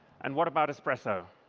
and what about espresso?